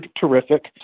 terrific